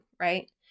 Right